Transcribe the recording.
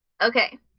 Okay